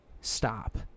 stop